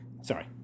Sorry